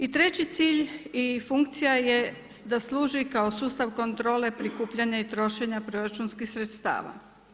I treći cilj i funkcija je da služi kao sustav kontrole prikupljanja i trošenja proračunskih sredstava.